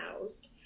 housed